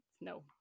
no